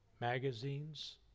magazines